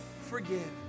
forgive